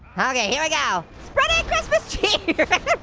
okay, here we go. spreading christmas cheer!